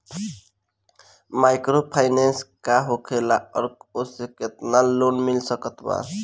Microfinance का होखेला और ओसे केतना लोन मिल सकत बा?